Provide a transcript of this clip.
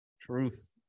Truth